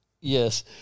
Yes